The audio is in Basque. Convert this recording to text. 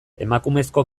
emakumezko